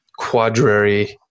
quadrary